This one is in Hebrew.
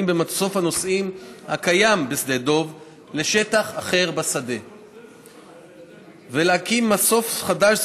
במסוף הנוסעים הקיים בשדה דוב לשטח אחר בשדה ולהקים מסוף חדש,